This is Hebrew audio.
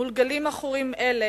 מול גלים עכורים אלה,